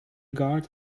guard